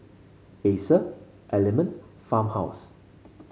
Acer Element Farmhouse